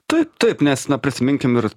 taip taip nes na prisiminkim ir